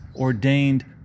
ordained